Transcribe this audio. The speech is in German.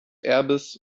erbes